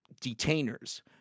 detainers